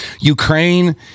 Ukraine